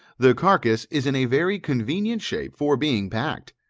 the carcase is in a very convenient shape for being packed.